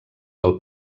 del